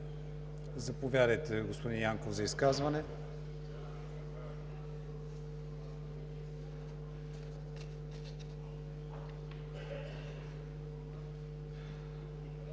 Заповядайте, господин Янков, за изказване.